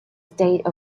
state